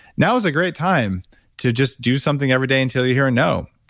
now is a great time to just do something every day until you hear a no,